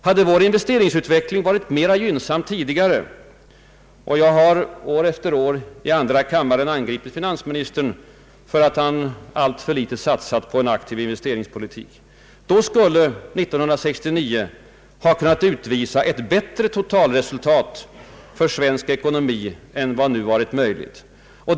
Hade vår investeringsutveckling varit mera gynnsam tidigare — jag har år efter år i andra kammaren angripit finansministern för att han alltför litet satsat på en aktiv investeringspolitik — då skulle 1969 ha kunnat utvisa ett bättre totalresultat för svensk samhällsekonomi än vad nu varit möjligt.